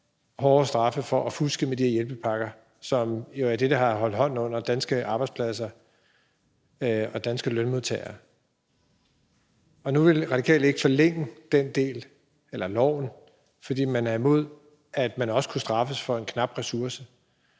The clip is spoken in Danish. hårdere straffe for at fuske med de her hjælpepakker, som jo er det, der har holdt hånden under danske arbejdspladser og danske lønmodtagere. Og nu vil Radikale Venstre ikke forlænge loven, fordi de er imod, at man også skal kunne straffes i forhold til en knap ressource